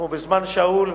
אנחנו בזמן שאול,